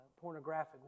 pornographic